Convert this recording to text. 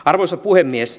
arvoisa puhemies